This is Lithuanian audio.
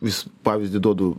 vis pavyzdį duodu